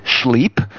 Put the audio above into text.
sleep